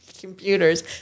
computers